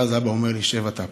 ואז אבא אומר לי: שב אתה פה.